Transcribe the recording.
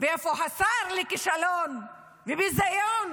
ואיפה השר לכישלון ולביזיון,